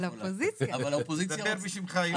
דבר בשמך.